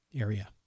area